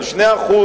על 2%,